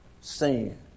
sin